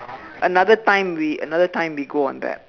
another time we another time we go on that